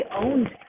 owned